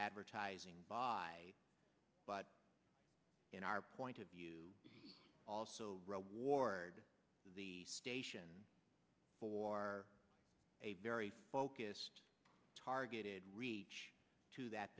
advertising buy but in our point of view also reward the station for a very focused targeted reach to that